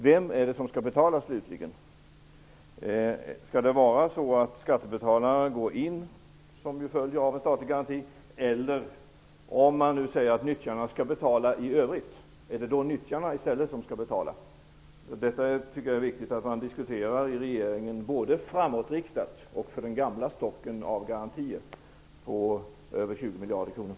Vem är det som slutligen skall betala? Skall skattebetalarna gå in, vilket ju följer av en statlig garanti? Eller om man säger att det är nyttjarna som skall betala i övrigt, är det då i stället de som skall betala även detta? Jag tycker att det är viktigt att man diskuterar detta i regeringen - både framåtriktat och för den gamla stocken av garantier på över 20 miljarder kronor.